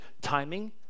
timing